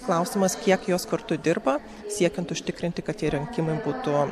klausimas kiek jos kartu dirba siekiant užtikrinti kad tie rinkimai būtų